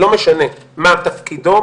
לא משנה מה תפקידו,